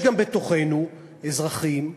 יש גם בתוכנו אזרחים,